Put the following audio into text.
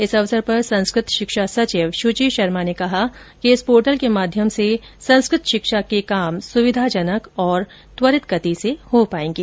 इस अवसर पर संस्कृत शिक्षा सचिव शुचि शर्मा ने कहा कि इस पोर्टल के माध्यम से संस्कृत शिक्षा के काम सुविधाजनक और त्वरित गति से होंगे